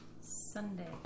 Sunday